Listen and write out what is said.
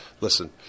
Listen